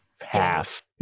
half